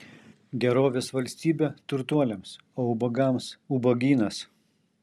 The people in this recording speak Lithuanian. gerovės valstybė turtuoliams o ubagams ubagynas